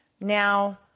Now